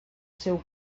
seu